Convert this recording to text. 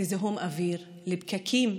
לזיהום אוויר, לפקקים,